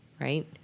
right